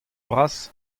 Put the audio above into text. vras